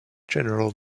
general